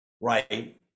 right